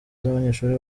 z’abanyeshuri